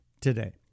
today